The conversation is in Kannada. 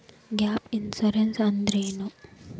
ಗ್ಯಾಪ್ ಇನ್ಸುರೆನ್ಸ್ ಅಂದ್ರೇನು?